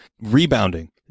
rebounding